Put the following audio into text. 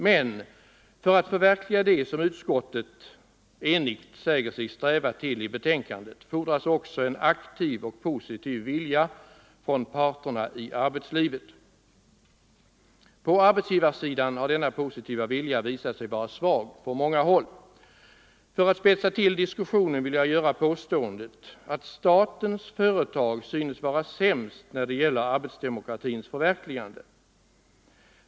Men för att förverkliga det som utskottet i sitt betänkande enigt säger sig sträva efter fordras också en aktiv och positiv vilja hos parterna i arbetslivet. På arbetsgivarsidan har denna positiva vilja visat sig vara svag på många håll. För att spetsa till diskussionen vill jag göra påståendet, att statens företag synes vara sämst när det gäller arbetsdemokratins förverkligande.